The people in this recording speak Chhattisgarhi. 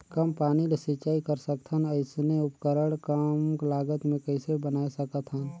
कम पानी ले सिंचाई कर सकथन अइसने उपकरण कम लागत मे कइसे बनाय सकत हन?